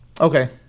Okay